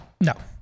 No